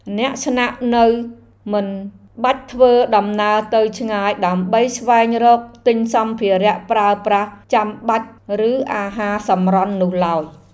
អ្នកស្នាក់នៅមិនបាច់ធ្វើដំណើរទៅឆ្ងាយដើម្បីស្វែងរកទិញសម្ភារប្រើប្រាស់ចាំបាច់ឬអាហារសម្រន់នោះឡើយ។